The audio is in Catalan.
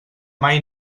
mai